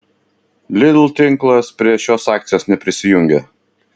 lidl tinklas prie šios akcijos neprisijungė